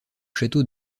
château